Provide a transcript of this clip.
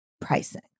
pricing